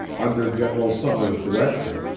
under general sumner's direction,